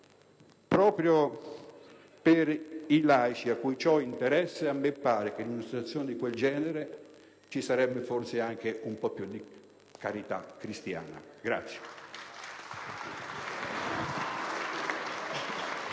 proprio per i laici a cui ciò interessa, a me pare che in situazioni di quel genere ci sarebbe anche un po' più di carità cristiana.